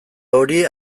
hori